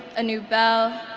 a new bell,